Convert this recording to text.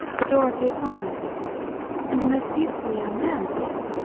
the door of the apartment opened and a most beautifull young man appeared.